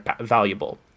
valuable